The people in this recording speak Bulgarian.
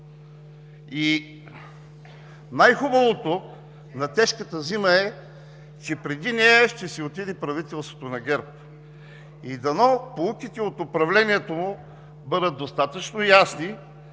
Най-хубавото на тежката зима е, че преди нея ще си отиде правителството на ГЕРБ. И дано поуките от управлението му бъдат достатъчно ясни,